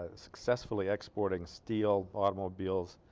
ah successfully exporting steel automobiles